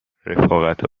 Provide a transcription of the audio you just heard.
رفاقتا